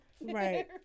Right